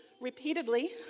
repeatedly